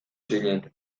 zinen